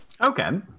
Okay